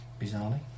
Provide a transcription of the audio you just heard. Bizarrely